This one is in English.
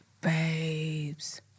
Babes